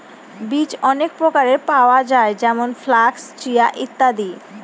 বীজ অনেক প্রকারের পাওয়া যায় যেমন ফ্লাক্স, চিয়া, ইত্যাদি